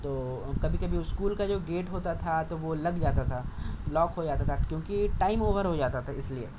تو کبھی کبھی اسکول کا جو گیٹ ہوتا تو وہ لگ جاتا تھا لاک ہو جاتا تھا کیوںکہ ٹائم اوور ہو جاتا تھا اِس لئے